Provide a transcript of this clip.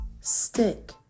stick